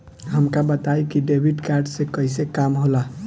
हमका बताई कि डेबिट कार्ड से कईसे काम होला?